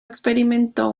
experimentó